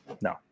No